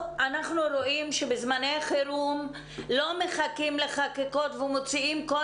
אנחנו רואים שבזמני חירום לא מחכים לחקיקות ומוציאים כל